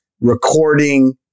recording